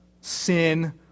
sin